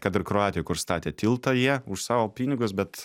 kad ir kroatijoj kur statė tiltą jie už savo pinigus bet